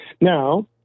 Now